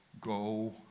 go